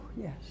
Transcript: yes